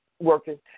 working